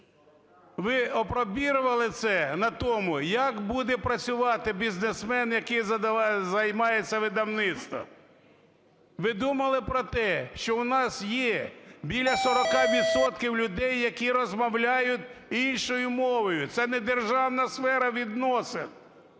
Ви апробировали це на тому, як буде працювати бізнесмен, який займається видавництво. Ви думали про те, що у нас є біля 40 відсотків людей, які розмовляють іншою мовою? Це недержавна сфера відносин,